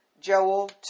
Joel